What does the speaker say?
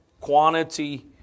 quantity